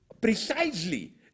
Precisely